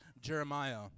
Jeremiah